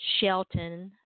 Shelton